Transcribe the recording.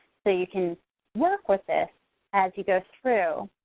so you can work with this as you go through.